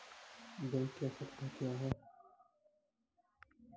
Bank की आवश्यकता क्या हैं?